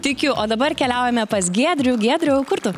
tikiu o dabar keliaujame pas giedrių giedriau kur tu